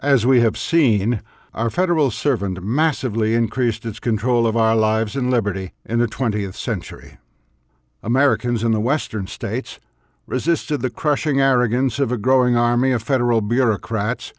as we have seen our federal servant massively increased its control of our lives and liberty in the twentieth century americans in the western states resisted the crushing arrogance of a growing army of federal bureaucrats